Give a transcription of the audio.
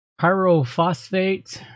pyrophosphate